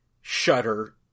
shutter